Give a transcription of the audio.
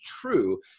true